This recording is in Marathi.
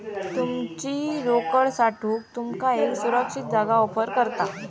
तुमची रोकड साठवूक तुमका एक सुरक्षित जागा ऑफर करता